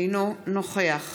אינו נוכח